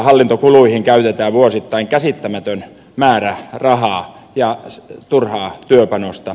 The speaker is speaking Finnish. hallintokuluihin käytetään vuosittain käsittämätön määrä rahaa ja turhaa työpanosta